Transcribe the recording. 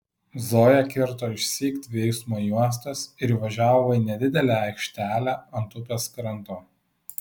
zoja kirto išsyk dvi eismo juostas ir įvažiavo į nedidelę aikštelę ant upės kranto